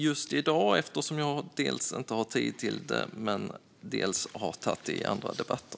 just i dag, dels för att jag inte har tid till det, dels för att jag har tagit upp det i andra debatter.